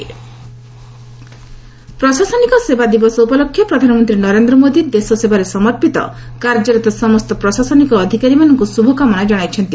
PM civil service day ପ୍ରଶାସନିକ ସେବା ଦିବସ ଉପଲକ୍ଷେ ପ୍ରଧାନମନ୍ତ୍ରୀ ନରେନ୍ଦ୍ର ମୋଦି ଦେଶ ସେବାରେ ସମର୍ପିତ କାର୍ଯ୍ୟରତ ସମସ୍ତ ପ୍ରଶାସନିକ ଅଧ୍ୟକାରୀମାନଙ୍କୁ ଶୁଭକାମନା ଜଣାଇଛନ୍ତି